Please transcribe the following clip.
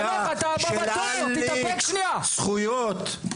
חנוך, חנוך אתה הבא בתור, תתאפק שנייה, בבקשה.